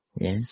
yes